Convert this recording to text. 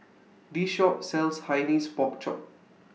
This Shop sells Hainanese Pork Chop